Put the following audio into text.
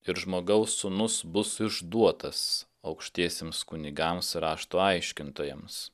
ir žmogaus sūnus bus išduotas aukštiesiems kunigams rašto aiškintojams